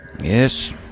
Yes